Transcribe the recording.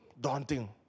daunting